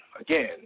again